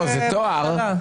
זה טוהר.